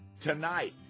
tonight